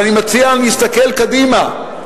ואני מציע להסתכל קדימה,